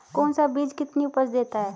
कौन सा बीज कितनी उपज देता है?